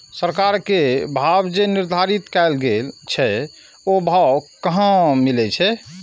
सरकार के भाव जे निर्धारित कायल गेल छै ओ भाव कहाँ मिले छै?